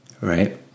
Right